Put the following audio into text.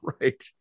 right